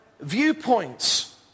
viewpoints